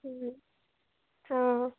অ